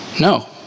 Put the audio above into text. No